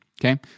Okay